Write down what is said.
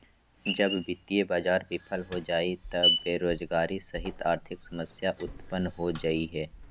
जब वित्तीय बाज़ार बिफल हो जा हइ त बेरोजगारी सहित आर्थिक समस्या उतपन्न हो जा हइ